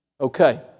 Okay